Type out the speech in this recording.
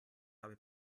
habe